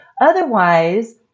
Otherwise